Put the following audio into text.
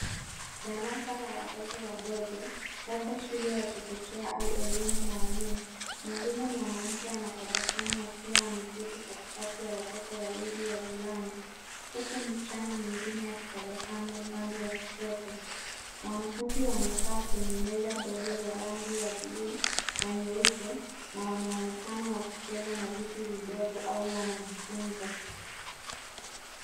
Darasa la watoto wadogo labda shule ya chekechea au elimu maalumu mwalimu mwanamke anatabasamu akiwa ameketi katikati ya watoto wawili wavulana huku msichana mwingine akitabasamu. Upande wa kushoto wanafunzi wamekaa kwenye meza ndogo za rangi ya bluu na nyeupe na wanaonekana wakicheza na vitu vidogo au wanajifunza.